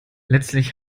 letztlich